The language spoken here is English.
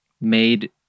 made